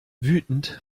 wütend